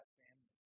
family